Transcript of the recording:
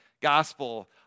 gospel